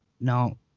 now